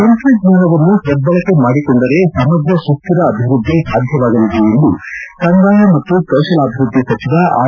ತಂತ್ರಜ್ವಾನವನ್ನು ಸದ್ದಳಕೆ ಮಾಡಿಕೊಂಡರೆ ಸಮಗ್ರ ಸುಸ್ಥಿರ ಅಭಿವೃದ್ದಿ ಸಾಧ್ಯವಾಗಲಿದೆ ಎಂದು ಕಂದಾಯ ಮತ್ತು ಕೌಶಲ್ಯಾಭಿವೃದ್ದಿ ಸಚಿವ ಆರ್